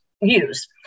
use